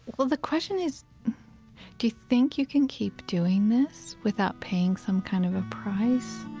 well, the question is do you think you can keep doing this without paying some kind of a price?